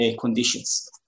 conditions